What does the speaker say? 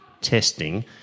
testing